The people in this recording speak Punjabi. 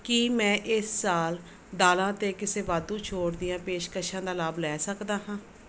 ਕੀ ਮੈਂ ਇਸ ਸਾਲ ਦਾਲਾਂ 'ਤੇ ਕਿਸੇ ਵਾਧੂ ਛੋਟ ਦੀਆਂ ਪੇਸ਼ਕਸ਼ਾਂ ਦਾ ਲਾਭ ਲੈ ਸਕਦਾ ਹਾਂ